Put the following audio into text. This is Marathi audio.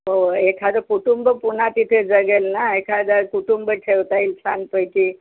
हो एखादं कुटुंब पुन्हा तिथे जगेल ना एखादं कुटुंब ठेवता येईल छानपैकी